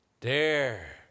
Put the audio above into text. dare